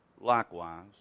likewise